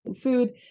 food